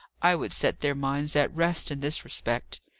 i would set their minds at rest in this respect.